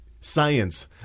science